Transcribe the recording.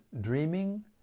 dreaming